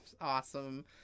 awesome